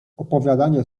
opowiadanie